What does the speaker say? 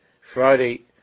Friday